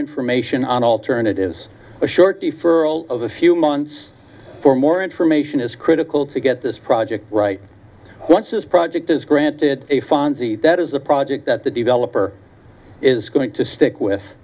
information on alternatives a short deferral of a few months for more information is critical to get this project right once this project is granted a fonzie that is a project that the developer is going to stick with